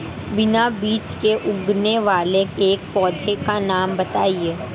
बिना बीज के उगने वाले एक पौधे का नाम बताइए